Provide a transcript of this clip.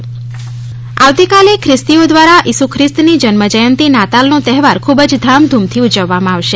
Christmas આવતીકાલે ખ્રિસ્તીઓ દ્વારા ઇસુ ખ્રિસ્તની જન્જયંતિ નાતાલનો તહેવાર ખૂબ જ ધામધૂમથી ઉજવવામાં આવશે